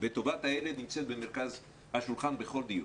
וטובת הילד נמצאת במרכז השולחן בכל דיון,